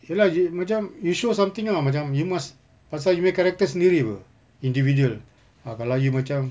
ya lah you macam you show something tahu macam you must pasal you punya character sendiri apa individual ah kalau you macam